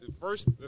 first